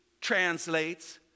translates